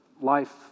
life